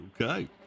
Okay